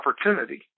opportunity